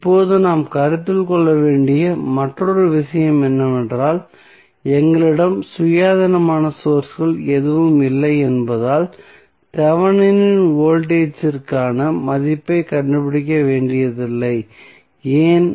இப்போது நாம் கருத்தில் கொள்ள வேண்டிய மற்றொரு விஷயம் என்னவென்றால் எங்களிடம் சுயாதீனமான சோர்ஸ்கள் எதுவும் இல்லை என்பதால் தெவெனின் வோல்டேஜ் இற்கான மதிப்பைக் கண்டுபிடிக்க வேண்டியதில்லை ஏன்